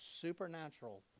supernatural